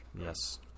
Yes